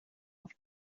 auf